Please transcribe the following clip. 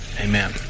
Amen